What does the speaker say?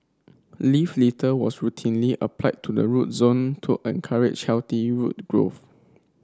leaf litter was routinely applied to the root zone to encourage healthy root growth